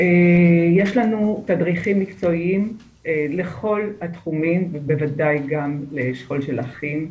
יש לנו תדריכים מקצועיים לכל התחומים ובוודאי גם לשכול של אחים.